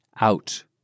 out